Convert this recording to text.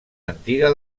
antiga